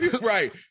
Right